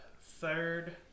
third